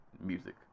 music